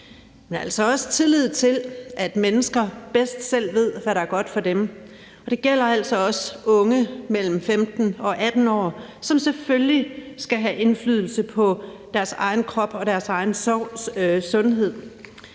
men altså også tillid til, at mennesker bedst selv ved, hvad der er godt for dem; og det gælder altså også unge mellem 15 og 18 år, som selvfølgelig skal have indflydelse på deres egen krop og deres egen sundhed.